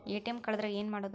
ATM ಕಳದ್ರ ಏನು ಮಾಡೋದು?